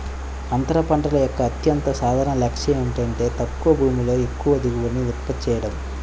అంతర పంటల యొక్క అత్యంత సాధారణ లక్ష్యం ఏమిటంటే తక్కువ భూమిలో ఎక్కువ దిగుబడిని ఉత్పత్తి చేయడం